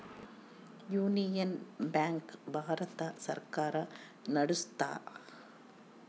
union bank Bharat ಸರ್ಕಾರ ನಡ್ಸುತ್ತ